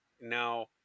Now